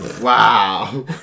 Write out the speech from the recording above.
Wow